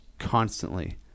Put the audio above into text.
Constantly